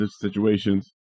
situations